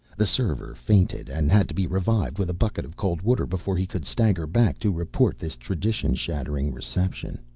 the server fainted and had to be revived with a bucket of cold water before he could stagger back to report this tradition-shattering reception.